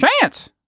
Chance